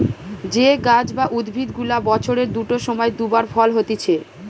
যে গাছ বা উদ্ভিদ গুলা বছরের দুটো সময় দু বার ফল হতিছে